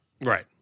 Right